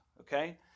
okay